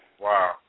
Wow